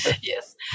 Yes